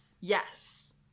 Yes